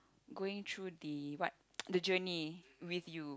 going through the what the journey with you